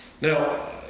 Now